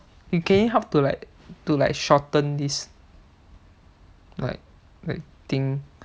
so like can you help to like to like shorten this like thing